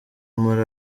muri